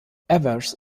evers